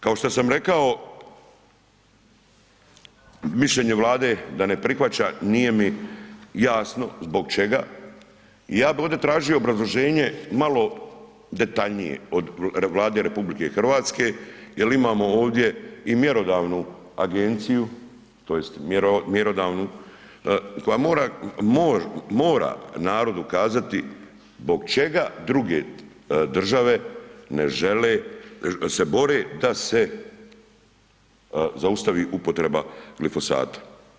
Kao što sam rekao mišljenje Vlade da ne prihvaća nije mi jasno zbog čega i ja bih ovdje tražio obrazloženje malo detaljnije od Vlade RH jer imamo ovdje i mjerodavnu agenciju tj. mjerodavnu koja mora narodu kazati zbog čega druge države ne žele, se bore da se zaustavi upotreba glifosata.